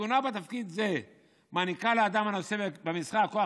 הכהונה בתפקיד זה מעניקה לאדם הנושא במשרה כוח